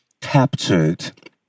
captured